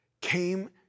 came